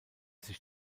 sich